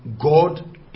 God